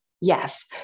yes